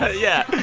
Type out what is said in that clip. yeah,